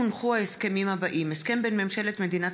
הונחו ההסכמים האלה: הסכם בין ממשלת מדינת